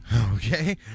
Okay